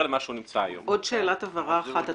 עוד שאלת הבהרה אחת.